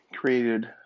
created